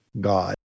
god